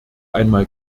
einmal